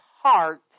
heart